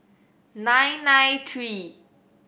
nine nine three